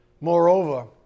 Moreover